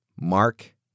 Mark